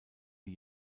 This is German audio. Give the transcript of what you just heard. die